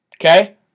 okay